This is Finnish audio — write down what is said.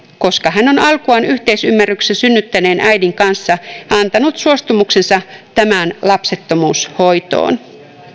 koska hän on alkuaan yhteisymmärryksessä synnyttäneen äidin kanssa antanut suostumuksensa tämän lapsettomuushoitoon